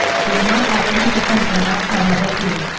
did not have any difference in outcome of a hu.